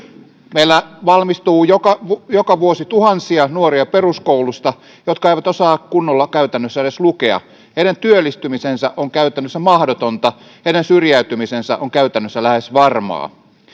meillä valmistuu joka vuosi peruskoulusta tuhansia nuoria jotka eivät osaa käytännössä kunnolla edes lukea heidän työllistymisensä on käytännössä mahdotonta heidän syrjäytymisensä on käytännössä lähes varmaa